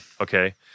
okay